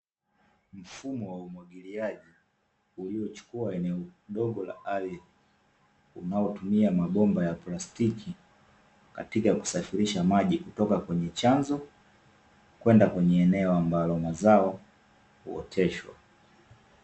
Mfumo wa umwagiliaji, uliochukua eneo dogo la ardhi unaotumia mabomba ya plastiki katika kusafirisha maji kutoka kwenye chanzo, na kwenda kwenye eneo ambalo mazao huoteshwa.